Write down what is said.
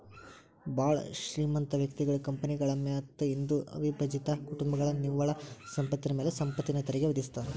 ಭಾಳ್ ಶ್ರೇಮಂತ ವ್ಯಕ್ತಿಗಳ ಕಂಪನಿಗಳ ಮತ್ತ ಹಿಂದೂ ಅವಿಭಜಿತ ಕುಟುಂಬಗಳ ನಿವ್ವಳ ಸಂಪತ್ತಿನ ಮ್ಯಾಲೆ ಸಂಪತ್ತಿನ ತೆರಿಗಿ ವಿಧಿಸ್ತಾರಾ